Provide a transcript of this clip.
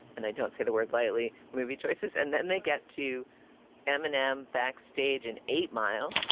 and i don't say the word lightly movie choices. and then they get to eminem backstage and eight mile.